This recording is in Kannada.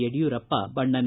ಯಡಿಯೂರಪ್ಪ ಬಣ್ಣನೆ